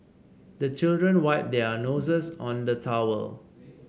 the children wipe their noses on the towel